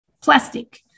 plastic